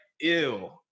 ew